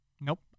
Nope